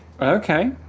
Okay